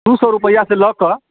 दू सए रुपआ से लऽ कऽ